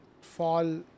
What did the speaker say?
fall